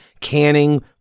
canning